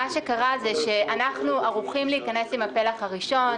אנחנו ערוכים להיכנס עם הפלח הראשון.